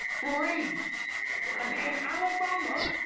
brie. and in alabama,